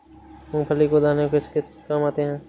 मूंगफली के दाने किस किस काम आते हैं?